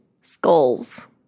skulls